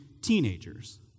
teenagers